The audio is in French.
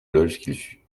loges